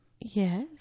Yes